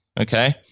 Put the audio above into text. okay